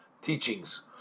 teachings